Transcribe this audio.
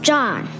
John